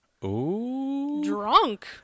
drunk